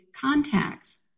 contacts